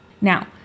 Now